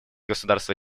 государства